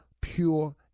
pure